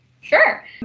Sure